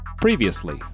Previously